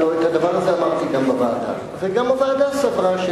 הלוא את הדבר הזה אמרתי גם בוועדה וגם הוועדה סברה,